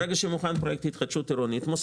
ברגע שפרויקט של התחדשות עירונית מוכן,